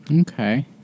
okay